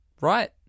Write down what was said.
Right